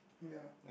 ya